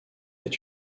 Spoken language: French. est